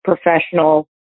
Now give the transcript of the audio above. professional